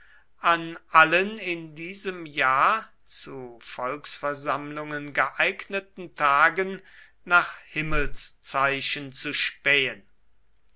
an allen in diesem jahr zu volksversammlungen geeigneten tagen nach himmelszeichen zu spähen